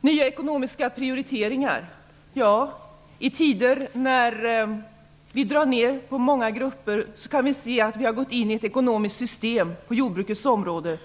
Vi gör nya ekonomiska prioriteringar. I tider när vi drar ned på många grupper kan vi se att vi har gått in i ett ekonomiskt system på jordbrukets område